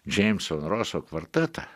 džeimson roso kvartetą